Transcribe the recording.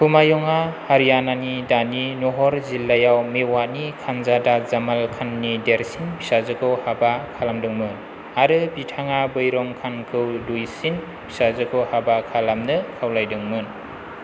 हुमायूँया हरियाणानि दानि नहर जिल्लायाव मेवातनि खानजादा जामाल खाननि देरसिन फिसाजोखौ हाबा खालामदोंमोन आरो बिथाङा बैरम खानखौ दुयसिन फिसाजोखौ हाबा खालामनो खावलायदोंमोन